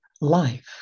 life